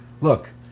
look